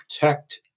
protect